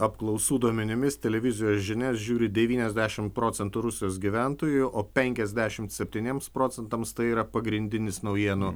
apklausų duomenimis televizijos žinias žiūri devyniasdešim procentų rusijos gyventojų o penkiasdešimt septyniems procentams tai yra pagrindinis naujienų